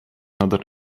nader